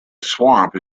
swamp